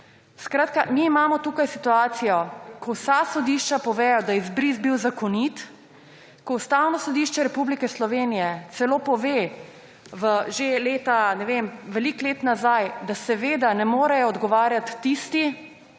položaj. Mi imamo tukaj situacijo, ko vsa sodišča povejo, da je izbris bil zakonit, ko Ustavno sodišče Republike Slovenije celo pove že veliko let nazaj, da ne morejo odgovarjati tisti